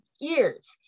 years